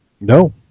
No